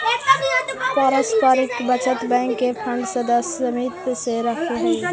पारस्परिक बचत बैंक के फंड सदस्य समित्व से रखऽ हइ